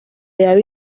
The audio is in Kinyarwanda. yaba